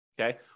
okay